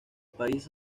país